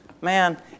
Man